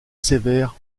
sévères